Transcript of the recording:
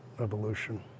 evolution